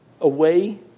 away